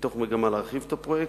מתוך מגמה להרחיב את הפרויקט.